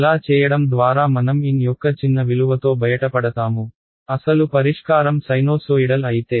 అలా చేయడం ద్వారా మనం N యొక్క చిన్న విలువతో బయటపడతాము అసలు పరిష్కారం సైనోసోయిడల్ అయితే